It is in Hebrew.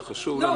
זה חשוב לנו.